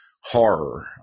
horror